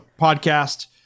podcast